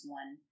one